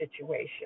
situation